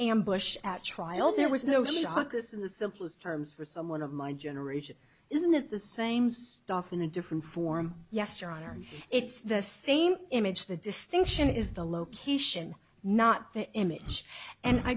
ambush at trial there was no shot this in the simplest terms for someone of my generation isn't it the same stuff in a different form yes your honor it's the same image the distinction is the location not the image and i